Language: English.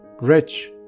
rich